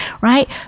right